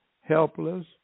helpless